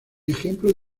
ejemplo